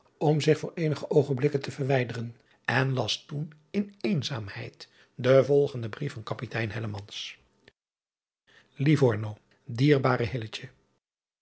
om zich voor eenige oogenblikken te verwijderen en las toen in eenzaamheid den volgenden brief van apitein ivorno